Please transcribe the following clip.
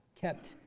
kept